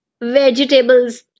Vegetables।